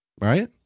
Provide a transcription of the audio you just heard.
right